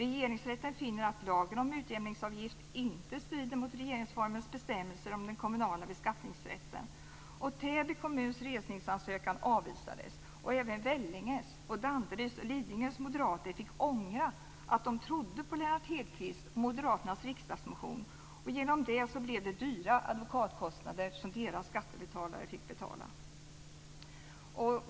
Regeringsrätten finner att lagen om utjämningsavgift inte strider mot regeringsformens bestämmelser om den kommunala beskattningsrätten. Täby kommuns resningsansökan avvisades. Även Vellinges, Danderyds och Lidingös moderater fick ångra att de trodde på Lennart Hedquist och på moderaternas riksdagsmotion. Genom det blev det dyra advokatkostnader som deras skattebetalare fick betala.